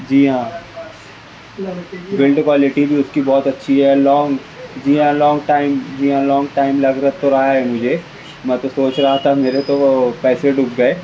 جی ہاں blood quality بھی اس کی بہت اچھی ہے لانگ جی ہاں لانگ ٹائم جی ہاں لانگ ٹائم لگ رہ تو رہا ہے مجھے میں تو سوچ رہا تھا میرے تو وہ پیسے ڈوب گئے